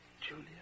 Julia